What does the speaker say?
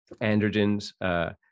androgens